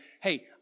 hey